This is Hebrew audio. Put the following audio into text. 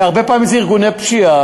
והרבה פעמים אלה ארגוני פשיעה,